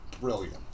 brilliant